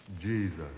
Jesus